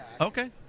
Okay